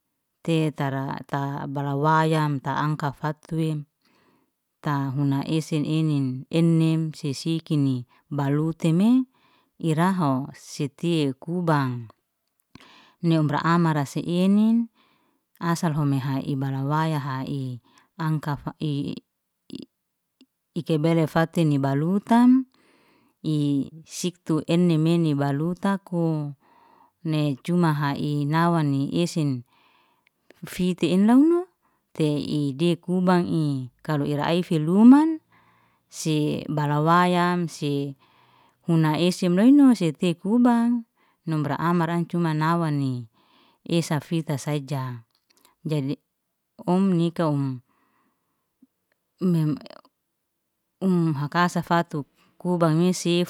Te tara ta- tabalawayam ta anka fatwin, ta huna esen enin, enim si sikini balu time iraho setiye kubang, ni omra amara se enin, asal homeha ibalawaya ha'i anka ikebele fatini balutam, ie siktu enimene balu taku cuma ha'i nawani esen, fiti inlaw nou, te idekubang ikalu ira aifelunan, se balawayam se huna esim loinua sete kubang, nomra amara cuma nawani esa fita saja, jadi um nika um um haka safatu kubang esif.